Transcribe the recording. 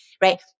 Right